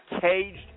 caged